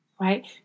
right